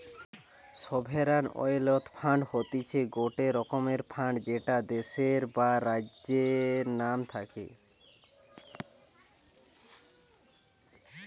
sovereign wealth fund হতিছে গটে রকমের ফান্ড যেটা দেশের বা রাজ্যের নাম থাকে